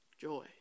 Joy